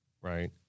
right